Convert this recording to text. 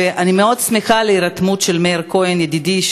אני מאוד שמחה על ההירתמות של מאיר כהן ידידי,